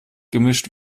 gemischt